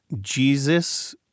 Jesus